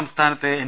സംസ്ഥാനത്ത് എൻ